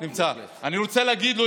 אני רוצה להגיד לו,